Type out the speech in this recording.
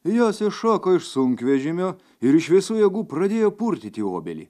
jos iššoko iš sunkvežimio ir iš visų jėgų pradėjo purtyti obelį